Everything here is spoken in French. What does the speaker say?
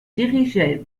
dirigeait